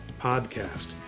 podcast